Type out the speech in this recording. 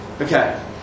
Okay